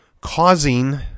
causing